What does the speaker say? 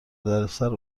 دردسر